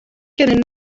gennym